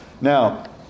Now